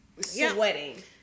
sweating